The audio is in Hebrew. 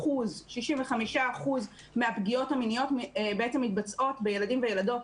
שכ-65% מהפגיעות המיניות בעצם מתבצעות בילדים וילדות,